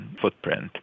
footprint